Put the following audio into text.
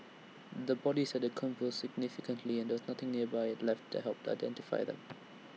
the bodies had decomposed significantly and there was nothing nearby left that helped identify them